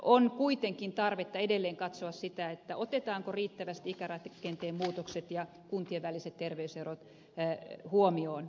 on kuitenkin tarvetta edelleen katsoa sitä otetaanko riittävästi ikärakenteen muutokset ja kuntien väliset terveyserot huomioon